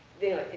deer